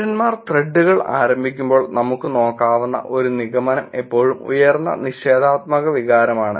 പൌരന്മാർ ത്രെഡുകൾ ആരംഭിക്കുമ്പോൾ നമുക്ക് നോക്കാവുന്ന ഒരു നിഗമനം എപ്പോഴും ഉയർന്ന നിഷേധാത്മക വികാരമാണ്